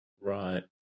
Right